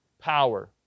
Power